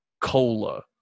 Cola